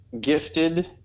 gifted